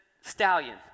stallion